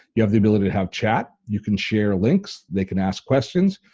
you have the ability to have chat, you can share links, they can ask questions,